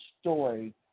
story